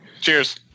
Cheers